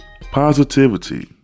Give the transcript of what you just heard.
positivity